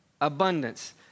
Abundance